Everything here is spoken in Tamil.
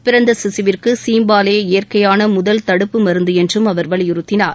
பிறந்த சிசுவிற்கு சீம்பாலே இயற்கையான முதல் தடுப்பு மருந்து என்றும் அவர் வலியுறுத்தினார்